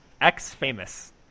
X-famous